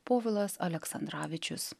povilas aleksandravičius